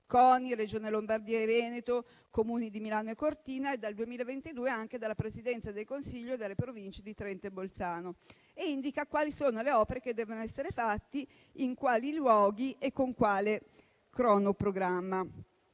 (CONI), Regione Lombardia e Veneto, Comuni di Milano e Cortina e, dal 2022, anche dalla Presidenza del Consiglio dei ministri e dalle Province di Trento e Bolzano. Esso indica anche quali opere devono essere fatte, in quali luoghi e con quale cronoprogramma.